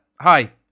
hi